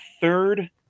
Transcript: third